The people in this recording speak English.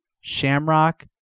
Shamrock